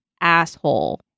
asshole